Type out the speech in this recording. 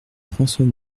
françois